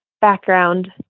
background